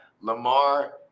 Lamar